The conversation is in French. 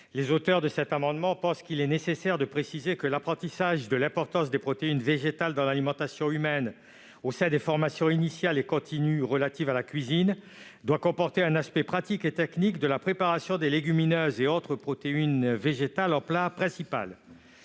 Les auteurs de cet amendement pensent qu'il est nécessaire de préciser que l'apprentissage de l'importance des protéines végétales dans l'alimentation humaine au sein des formations initiales et continues relatives à la cuisine doit comporter un aspect pratique et technique de la préparation des légumineuses et autres protéines végétales en plat principal.